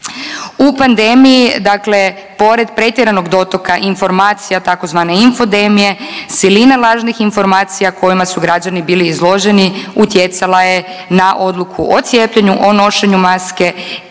U pandemiji dakle pored pretjeranog dotoka informacija o tzv. infodemije, siline lažnih informacija kojima su građani bili izloženi utjecala je na odluku o cijepljenju, o nošenju maske